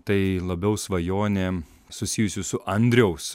tai labiau svajonė susijusi su andriaus